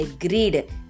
agreed